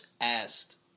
asked